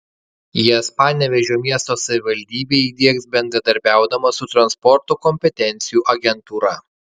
jas panevėžio miesto savivaldybė įdiegs bendradarbiaudama su transporto kompetencijų agentūra